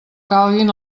calguin